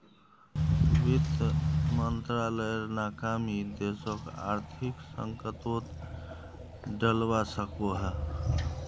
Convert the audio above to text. वित मंत्रालायेर नाकामी देशोक आर्थिक संकतोत डलवा सकोह